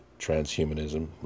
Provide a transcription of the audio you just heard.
transhumanism